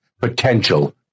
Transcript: potential